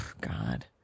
god